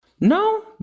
no